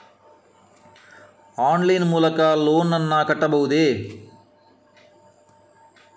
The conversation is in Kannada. ಆನ್ಲೈನ್ ಲೈನ್ ಮೂಲಕ ಲೋನ್ ನನ್ನ ಕಟ್ಟಬಹುದೇ?